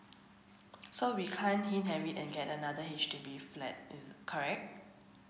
so we can't have it and get another H_D_B flat correct